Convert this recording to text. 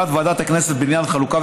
רגע.